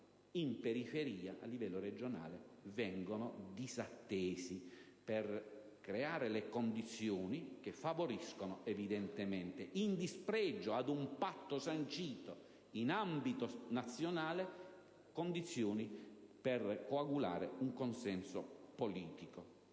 in periferia, a livello regionale, vengono disattese, per creare le condizioni che favoriscono evidentemente, in dispregio ad un patto sancito in ambito nazionale, condizioni per coagulare un consenso politico.